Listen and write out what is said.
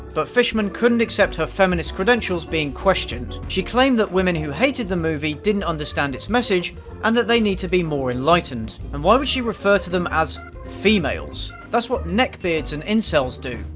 but fishman couldn't accept her feminist credentials being questioned. she claimed that women who hated the movie didn't understand its message and that they need to be more enlightened. and why would she refer to them as females? that's what neckbeards and incels do.